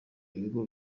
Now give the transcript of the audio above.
ibigo